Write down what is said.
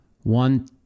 one